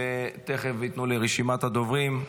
תכף ייתנו לי את רשימת הדוברים.